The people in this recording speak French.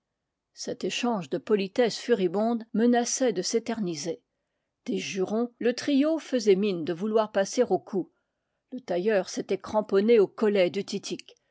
cet échange de politesses furibondes menaçait de s'éter niser des jurons le trio faisait mine de vouloir passer aux coups le tailleur s'était cramponné au collet de